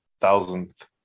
thousandth